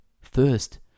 first